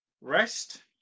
rest